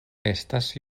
estas